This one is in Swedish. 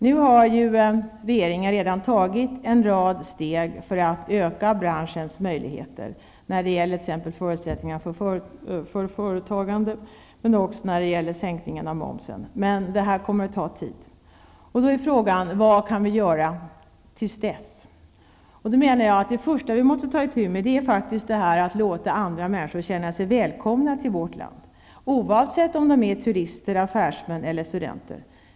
Nu har regeringen redan tagit en rad steg för att öka branschens möjligheter när det gäller t.ex. förutsättningar för företagande och också när det gäller sänkningen av momsen. Men det kommer att ta tid innan vi ser effekterna. Vad kan vi göra till dess? Det första vi måste ta itu med är faktiskt att låta andra människor känna sig välkomna till vårt land, oavsett om de är turister, affärsmän eller studenter.